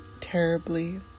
terribly